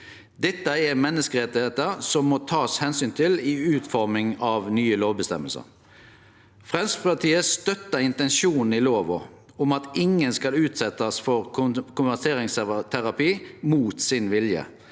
Dette er menneskerettar som må takast omsyn til i utforming av nye lovføresegner. Framstegspartiet støttar intensjonen i lova om at ingen skal utsetjast for konverteringsterapi mot sin vilje.